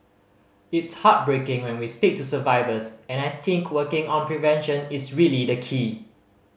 it's heartbreaking when we speak to survivors and I think working on prevention is really the key